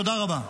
תודה רבה.